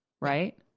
right